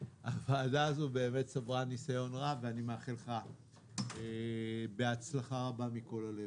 הוועדה הזו באמת צברה ניסיון רב ואני מאחל לך בהצלחה רבה מכל הלב.